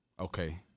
okay